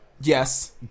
Yes